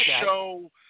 show